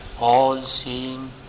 all-seeing